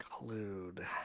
include